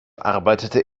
arbeitete